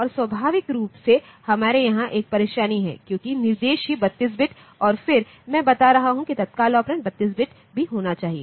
और स्वाभाविक रूप से हमारे यहाँ एक परेशानी है क्योंकि निर्देश ही 32 बिट है और फिर मैं बता रहा हूं कि तत्काल ऑपरेंड 32 बिट भी होना चाहिए